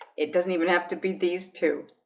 it doesn't even have to be these two